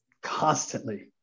constantly